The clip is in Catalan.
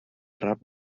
rap